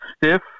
stiff